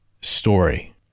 story